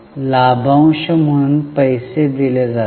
लाभांश म्हणून पैसे दिले जात आहेत